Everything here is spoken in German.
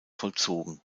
vollzogen